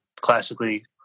classically